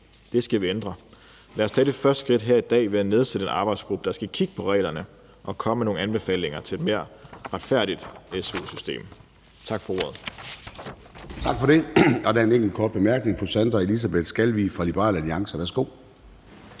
Det skal vi ændre. Lad os tage det første skridt her i dag ved at nedsætte en arbejdsgruppe, der skal kigge på reglerne og komme med nogle anbefalinger til et mere retfærdigt su-system. Tak for ordet.